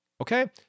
Okay